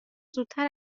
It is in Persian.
زودتر